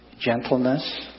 gentleness